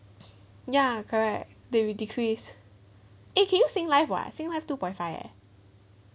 ya correct they will decrease eh can you senlife [what] senlife two point five eh